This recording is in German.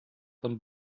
von